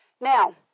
Now